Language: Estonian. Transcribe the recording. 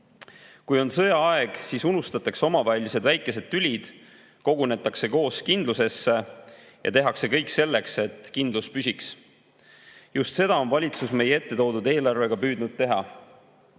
on sõjaaeg, siis unustatakse omavahelised väikesed tülid, kogunetakse koos kindlusesse ja tehakse kõik selleks, et kindlus püsiks. Just seda on valitsus meie ette toodud eelarvega püüdnud teha.